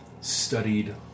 studied